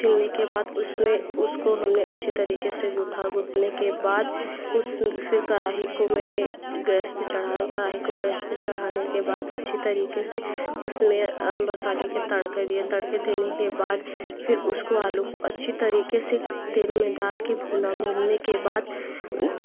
छीलने के बाद उसमें उसको हमने अच्छी तरीके से गूथा गूथने के बाद उस फ़िर कढ़ाई को मैंने गैस पे चढ़ाए कड़ाही को गैस पे चढ़ाने के बाद अच्छी तरीके से उसमें मसाले के तड़के दिए तड़के देने के बाद फ़िर उसको आलू को अच्छी तरीके से तेल में डालके भूना भूनने के बाद